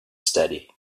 steady